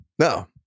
No